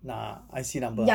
拿 I_C number ah